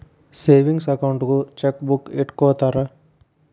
savings ಅಕೌಂಟಿಗೂ chequebook ಇಟ್ಟ್ಕೊತ್ತರ